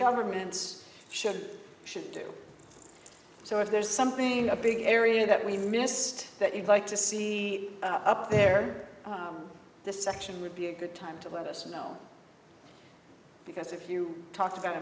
governments should should do so if there's something a big area that we missed that you'd like to see up there this section would be a good time to let us know because if you talk about